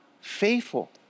faithful